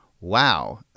Wow